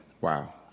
Wow